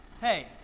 Hey